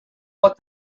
but